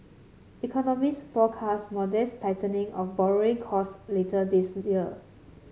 economists forecast modest tightening of borrowing costs later this year